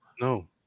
No